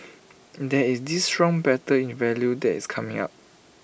there is this strong battle in value that is coming up